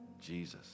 Jesus